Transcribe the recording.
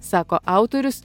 sako autorius